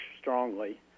strongly